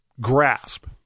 grasp